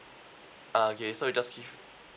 ah okay so you just give